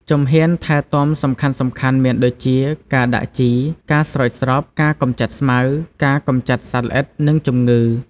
ជំហានថែទាំសំខាន់ៗមានដូចជា ការដាក់ជី ការស្រោចស្រព ការកម្ចាត់ស្មៅ ការកម្ចាត់សត្វល្អិត និងជំងឺ។